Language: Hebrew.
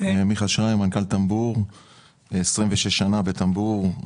אני 26 שנה בטמבור.